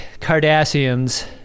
Cardassians